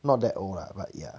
not that old lah but ya